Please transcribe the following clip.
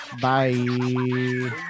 Bye